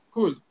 Cool